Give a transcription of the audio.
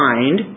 Mind